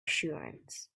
assurance